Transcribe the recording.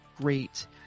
great